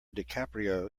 dicaprio